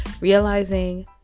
realizing